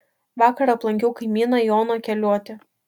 vakar aplankiau kaimyną joną keliotį